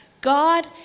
God